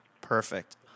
Perfect